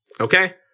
Okay